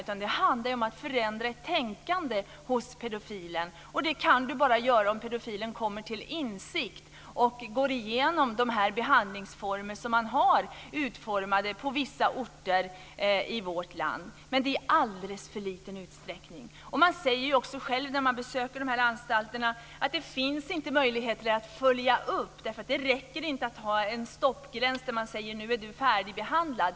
I stället handlar det om att förändra ett tänkande hos pedofilen och det kan man göra endast om pedofilen kommer till insikt och går igenom de behandlingar som finns utformade på vissa orter i vårt land. Det är dock i alldeles för liten utsträckning. Vid besök på de här anstalterna säger man också själv att det inte finns möjligheter till uppföljning. Det räcker inte att ha en stoppgräns där man säger: Nu är du färdigbehandlad.